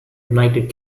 united